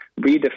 redefine